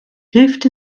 hilft